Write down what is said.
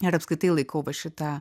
ir apskritai laikau va šitą